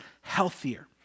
healthier